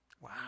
Wow